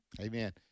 Amen